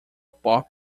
pop